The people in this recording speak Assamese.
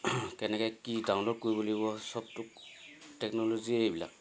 কেনেকৈ কি ডাউনলোড কৰিব লাগিব চবটো টেকন'ল'জিয়ে এইবিলাক